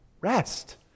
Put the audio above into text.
rest